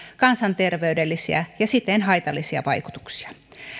kansanterveydellisiä ja siten haitallisia vaikutuksia